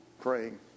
praying